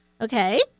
Okay